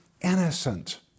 innocent